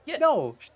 no